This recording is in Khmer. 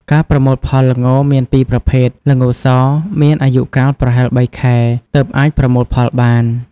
ការប្រមូលផល ល្ងមានពីរប្រភេទ ល្ងស មានអាយុកាលប្រហែល ៣ ខែទើបអាចប្រមូលផលបាន។